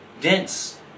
dense